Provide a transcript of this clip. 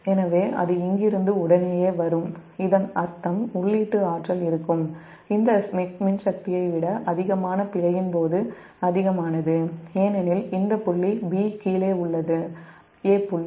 எனவே அது இங்கிருந்து உடனேயே வரும் இதன் அர்த்தம் உள்ளீட்டு ஆற்றல் இருக்கும் இந்த மின்சக்தியை விட பிழையின் போது அதிகமானது ஏனெனில் இந்த புள்ளி 'B' கீழே உள்ளது 'A' புள்ளி